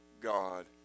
God